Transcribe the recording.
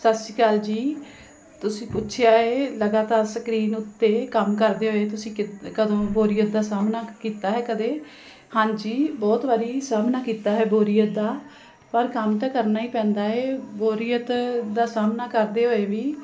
ਸਤਿ ਸ਼੍ਰੀ ਅਕਾਲ ਜੀ ਤੁਸੀਂ ਪੁੱਛਿਆ ਹੈ ਲਗਾਤਾਰ ਸਕਰੀਨ ਉੱਤੇ ਕੰਮ ਕਰਦੇ ਹੋਏ ਤੁਸੀਂ ਕਿ ਕਦੋਂ ਬੋਰੀਅਤ ਦਾ ਸਾਹਮਣਾ ਕੀਤਾ ਹੈ ਕਦੇ ਹਾਂਜੀ ਬਹੁਤ ਵਾਰ ਸਾਹਮਣਾ ਕੀਤਾ ਹੈ ਬੋਰੀਅਤ ਦਾ ਪਰ ਕੰਮ ਤਾਂ ਕਰਨਾ ਹੀ ਪੈਂਦਾ ਹੈ ਬੋਰੀਅਤ ਦਾ ਸਾਹਮਣਾ ਕਰਦੇ ਹੋਏ ਵੀ